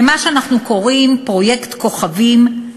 למה שאנחנו קוראים פרויקט "כוכבים",